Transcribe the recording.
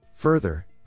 Further